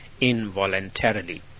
involuntarily